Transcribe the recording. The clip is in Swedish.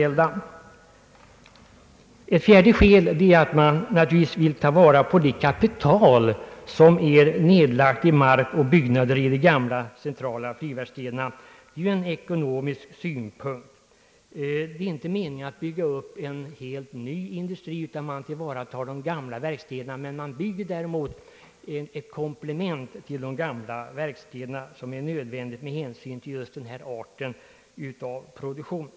Ett vtterligare skäl är att man naturligtvis vill ta vara på det kapital som är nedlagt i mark och byggnader i de gamla centrala flygverkstäderna. Detta är en ekonomisk synpunkt. Det är inte meningen att bygga upp en helt ny industri utan man tillvaratar de gamla verkstäderna. Man bygger däremot ett komplement till de gamla verkstäderna som är nödvändigt med hänsyn just till denna art av produktion.